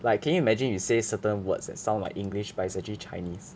like can you imagine you say certain words that sound like english but it's actually chinese